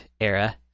era